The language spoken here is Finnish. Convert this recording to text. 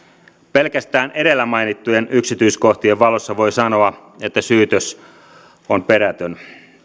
pelkästään edellä mainittujen yksityiskohtien valossa voi sanoa että syytös on perätön